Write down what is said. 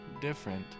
different